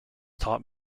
top